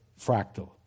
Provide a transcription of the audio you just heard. fractal